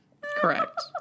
Correct